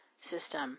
system